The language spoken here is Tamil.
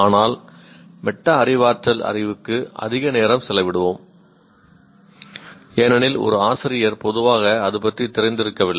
ஆனால் மெட்டா அறிவாற்றல் அறிவுக்கு அதிக நேரம் செலவிடுவோம் ஏனெனில் ஒரு ஆசிரியர் பொதுவாக அது பற்றி தெரிந்திருக்கவில்லை